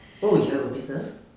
oh you have a business